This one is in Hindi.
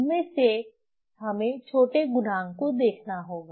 उनमें से हमें छोटे गुणांक को देखना होगा